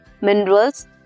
minerals